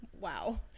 Wow